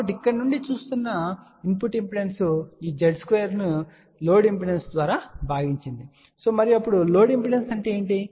కాబట్టి ఇక్కడ నుండి చూస్తున్న ఇన్పుట్ ఇంపిడెన్స్ ఈ Z2 ను లోడ్ ఇంపిడెన్స్ ద్వారా భాగించబడినది మరియు లోడ్ ఇంపిడెన్స్ అంటే ఏమిటి